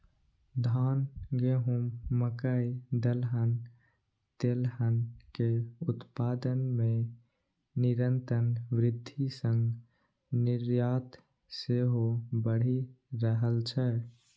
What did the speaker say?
धान, गहूम, मकइ, दलहन, तेलहन के उत्पादन मे निरंतर वृद्धि सं निर्यात सेहो बढ़ि रहल छै